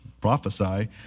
prophesy